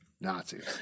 Nazis